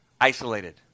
Isolated